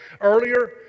earlier